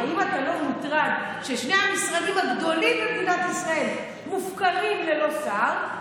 האם אתה לא מוטרד ששני המשרדים הגדולים במדינת ישראל מופקרים ללא שר,